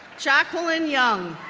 jacqueline young,